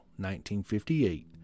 1958